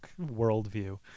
worldview